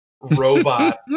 robot